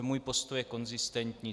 Můj postoj je konzistentní.